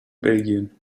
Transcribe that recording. belgien